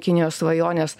kinijos svajonės